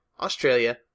Australia